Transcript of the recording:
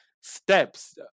steps